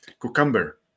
cucumber